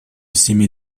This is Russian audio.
всеми